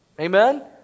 Amen